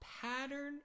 pattern